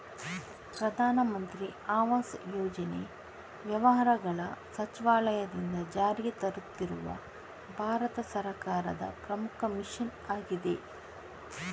ಪ್ರಧಾನ ಮಂತ್ರಿ ಆವಾಸ್ ಯೋಜನೆ ವ್ಯವಹಾರಗಳ ಸಚಿವಾಲಯದಿಂದ ಜಾರಿಗೆ ತರುತ್ತಿರುವ ಭಾರತ ಸರ್ಕಾರದ ಪ್ರಮುಖ ಮಿಷನ್ ಆಗಿದೆ